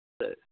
சரி